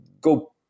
go